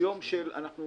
אנחנו